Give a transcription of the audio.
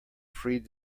freed